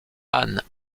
anne